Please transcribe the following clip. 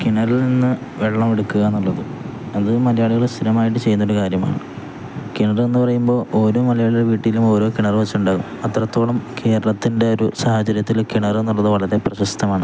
കിണറിൽനിന്നു വെള്ളമെടുക്കുക എന്നുള്ളത് അതു മലയാളികള് സ്ഥിരമായിട്ടു ചെയ്യുന്നൊരു കാര്യമാണ് കിണറെന്നു പറയുമ്പോള് ഓരോ മലയാളിയുടെ വീട്ടിലും ഓരോ കിണര് വച്ചുണ്ടാകും അത്രത്തോളം കേരളത്തിൻ്റെ ഒരു സാഹചര്യത്തില് കിണര് എന്നുള്ളതു വളരെ പ്രശസ്തമാണ്